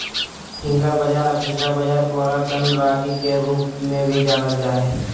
finger बाजरा अफ्रीकी बाजरा कोराकन रागी के रूप में भी जानल जा हइ